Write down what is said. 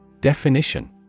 Definition